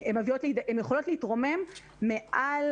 הן יכולות להתרומם מעל